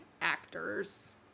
actors